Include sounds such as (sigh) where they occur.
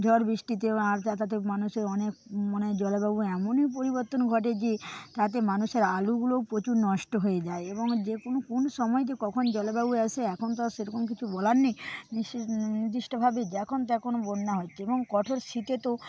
ঝড় বৃষ্টিতে (unintelligible) মানুষের অনেক (unintelligible) জলবায়ুর এমনই পরিবর্তন ঘটে যে তাতে মানুষের আলুগুলোও প্রচুর নষ্ট হয়ে যায় এবং যে কোন কুন সময় যে কখন জলবায়ু আসে এখন তো আর সেরকম কিছু বলার নেই নির্দিষ্টভাবে যখন তখন বন্যা হচ্ছে এবং কঠোর শীতে তো